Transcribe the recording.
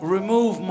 Remove